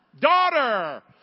daughter